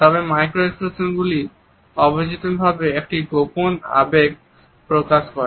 তবে মাইক্রো এক্সপ্রেশনগুলি অবচেতনভাবে একটি গোপন আবেগ প্রকাশ করে